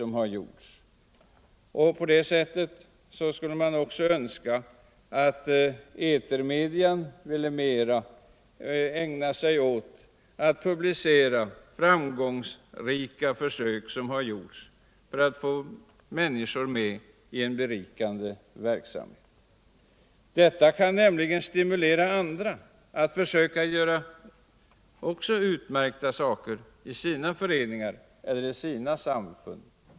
Man skulle också önska att etermedia mera ville ägna sig åt att berätta om framgångsrika försök som har gjorts för att få med människor i en berikande verksamhet. Det kan nämligen stimulera andra föreningar eller samfund till olika insatser.